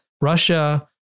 Russia